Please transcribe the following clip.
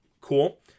Cool